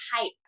type